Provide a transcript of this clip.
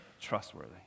trustworthy